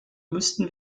müssten